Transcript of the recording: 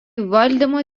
valdymo